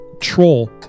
troll